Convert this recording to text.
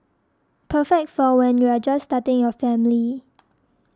perfect for when you're just starting your family